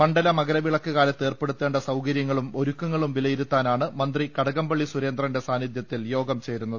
മണ്ഡല മകര വി ളക്ക് കാലത്ത് ഏർപ്പെടുത്തേണ്ട സൌകര്യങ്ങളും ഒരുക്കങ്ങളും വിലയിരുത്താ നാണ് മന്ത്രി കടകംപള്ളി സുരേന്ദ്രന്റെ സാന്നിധ്യത്തിൽ ്യോഗം ചേരുന്നത്